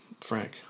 Frank